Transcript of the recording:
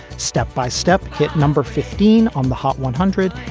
step by step, kid number fifteen on the hot one hundred.